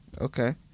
Okay